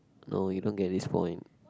no you don't get this point